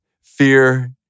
fear